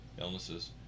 illnesses